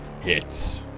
Hits